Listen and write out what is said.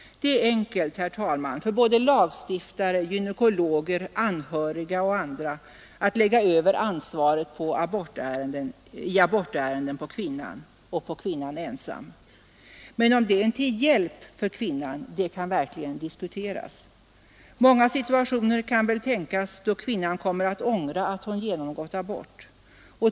Det är enkelt, herr talman, för både lagstiftare, gynekologer, anhöriga och andra att lägga över ansvaret i abortärenden på kvinnan och på kvinnan ensam. Men om det är till hjälp för kvinnan kan verkligen diskuteras. Många situationer kan väl tänkas då kvinnan kommer att ångra att hon genomgått abort.